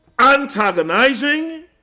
antagonizing